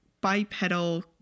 bipedal